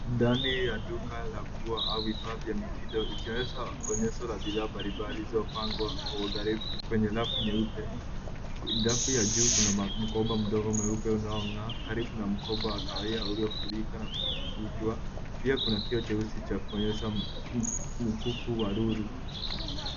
Ndani ya duka la nguo au vifaa vya mitindo, ikionyesha onyesho la bidhaa mbalimbali zilizopangwa kwa uangalifu kwenye rafu nyeupe. Rafu ya juu kuna mkoba mdogo mweupe unaong'aa, karibu na mkoba wa kahawia uliofunikwa na kukunjwa. Pia kuna kioo cheusi cha kuonyesha mkufu wa nuru.